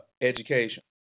education